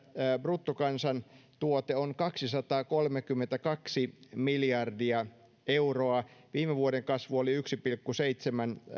bruttokansantuote on kaksisataakolmekymmentäkaksi miljardia euroa viime vuoden kasvu oli yksi pilkku seitsemän